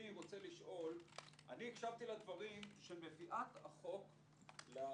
אני רוצה לשאול הקשבתי לדברים של מביאת החוק לכנסת,